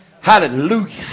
Hallelujah